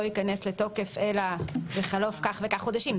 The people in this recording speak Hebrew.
ייכנס לתוקף אלא בחלוף כך וכך חודשים.